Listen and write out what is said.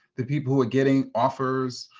the people who are getting offers,